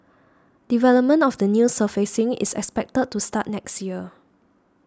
development of the new surfacing is expected to start next year